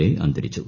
A അന്തരിച്ചു